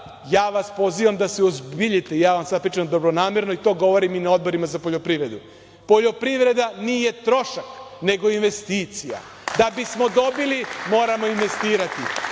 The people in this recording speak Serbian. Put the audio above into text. ja vas pozivam da se uozbiljite. Pričam vam sada dobronamerno, a to govorim i na Odboru za poljoprivredu. Poljoprivreda nije trošak, nego investicija. Da bismo dobili moramo investirati.